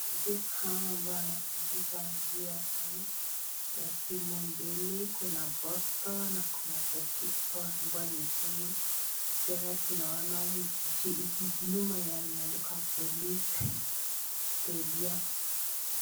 Hawa ambao wanakimbiza mpira sana , kuna timu mbili kuna (cs)poster(cs) na kuna betika wamevaa nguo nyekundu . Tena tunaona nyuma yoa imeandikwa (cs)Police Stadium(cs).